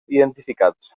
identificats